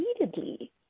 repeatedly